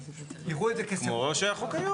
כמו שהחוק היום.